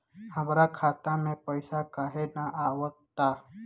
हमरा खाता में पइसा काहे ना आव ता?